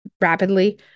rapidly